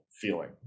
feeling